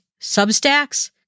substacks